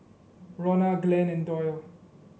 Ronna Glen and Doyle